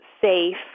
safe